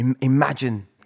Imagine